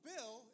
Bill